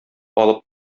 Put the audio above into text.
алып